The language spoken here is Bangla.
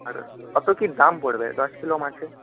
আর কতো কি দাম পড়বে দশ কিলো মাছে